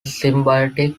symbiotic